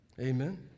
Amen